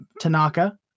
Tanaka